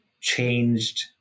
changed